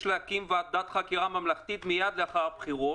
להקים ועדת חקירה ממלכתית מיד לאחר הבחירות,